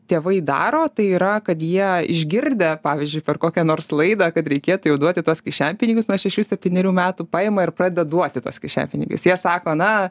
tėvai daro tai yra kad jie išgirdę pavyzdžiui per kokią nors laidą kad reikėtų jau duoti tuos kišenpinigius nuo šešių septynerių metų paima ir pradeda duoti tuos kišenpinigius jie sako na